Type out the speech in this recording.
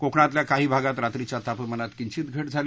कोकणातल्या काही भागात रात्रीच्या तापमानात किंचित घट झाली